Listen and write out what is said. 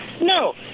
No